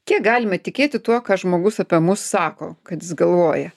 kiek galime tikėti tuo ką žmogus apie mus sako kad jis galvoja